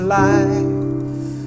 life